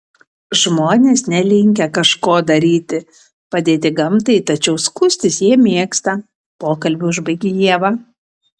žmonės nelinkę kažko daryti padėti gamtai tačiau skųstis jie mėgsta pokalbį užbaigė ieva